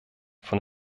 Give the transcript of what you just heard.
von